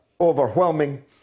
overwhelming